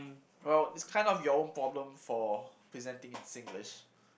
well it's kind of your own problem for presenting in Singlish